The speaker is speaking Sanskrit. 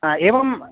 हा एवम्